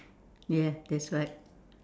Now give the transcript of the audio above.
yes that's right